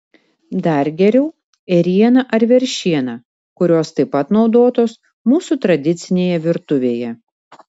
dar geriau ėriena ar veršiena kurios taip pat naudotos mūsų tradicinėje virtuvėje